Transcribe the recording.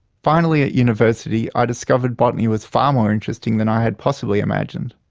finally at university i discovered botany was far more interesting than i had possibly imagined.